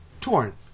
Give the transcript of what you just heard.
Torrent